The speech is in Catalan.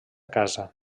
casa